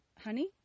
honey